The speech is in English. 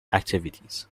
activities